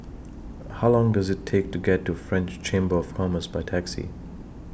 How Long Does IT Take to get to French Chamber of Commerce By Taxi